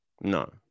No